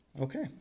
okay